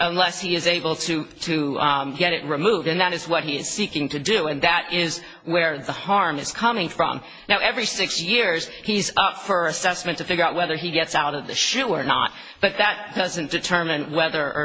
nless he is able to to get it removed and that is what he is seeking to do and that is where the harm is coming from now every six years he's up for assessment to figure out whether he gets out of the shoe or not but that doesn't determine whether or